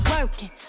working